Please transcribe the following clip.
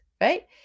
right